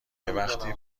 وقتی